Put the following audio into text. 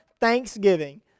Thanksgiving